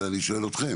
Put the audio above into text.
את זה אני שואל אתכם,